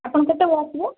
ଆପଣ କେତେବେଳେ ଆସିବେ